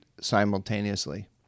simultaneously